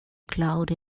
cloud